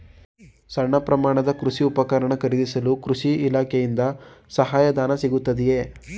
ಸಣ್ಣ ಪ್ರಮಾಣದ ಕೃಷಿ ಉಪಕರಣ ಖರೀದಿಸಲು ಕೃಷಿ ಇಲಾಖೆಯಿಂದ ಸಹಾಯಧನ ಸಿಗುತ್ತದೆಯೇ?